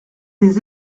des